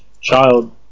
child